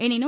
எனினும்